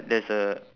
there's a